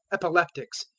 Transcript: epileptics,